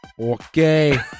Okay